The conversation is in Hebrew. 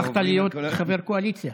הפכת להיות חבר קואליציה?